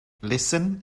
listen